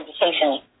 education